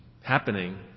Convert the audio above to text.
happening